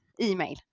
email